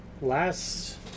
last